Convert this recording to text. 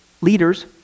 leaders